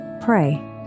pray